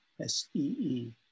S-E-E